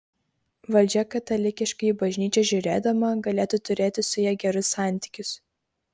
valdžia katalikiškai į bažnyčią žiūrėdama galėtų turėti su ja gerus santykius